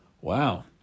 Wow